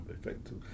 effective